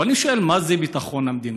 אבל אני שואל, מה זה ביטחון המדינה?